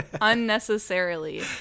unnecessarily